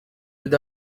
with